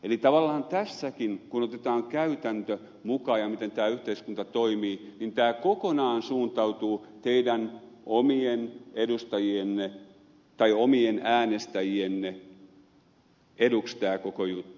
eli tavallaan tässäkin kun otetaan käytäntö mukaan ja miten tämä yhteiskunta toimii niin tämä kokonaan suuntautuu teidän omien edustajienne tai omien äänestäjienne eduksi tämä koko juttu